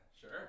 Sure